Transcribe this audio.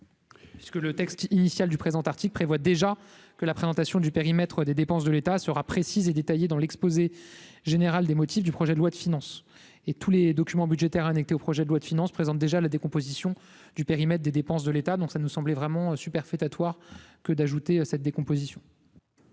Ce que le texte initial du présent article prévoit déjà que la présentation du périmètre des dépenses de l'État sera précise et détaillée dans l'exposé général des motifs du projet de loi de finances et tous les documents budgétaires annexés au projet de loi de finances présente déjà la décomposition du périmètre des dépenses de l'État, dont ça nous semblait vraiment superfétatoire que d'ajouter cette décomposition.